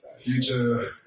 Future